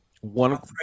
one